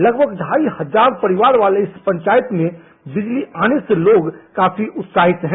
लगभग ढाई हजार परिवारों वाले इस पंचायत में बिजली आने से लोग उत्साहित है